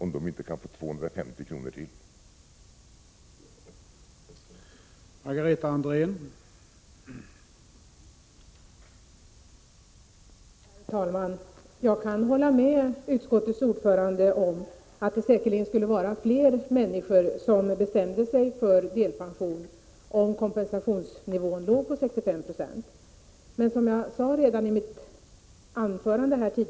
i månaden inte kan få ytterligare 250 kr.